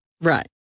Right